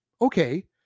okay